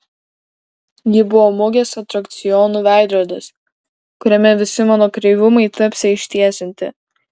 ji buvo mugės atrakcionų veidrodis kuriame visi mano kreivumai tapsią ištiesinti